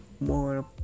more